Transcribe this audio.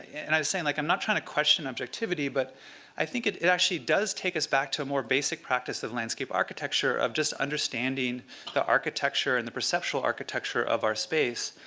and i was saying, like i'm not trying to question objectivity, but i think it it actually does take us back to a more basic practice of landscape architecture, of just understanding the architecture and the perceptual architecture of our space,